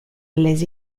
les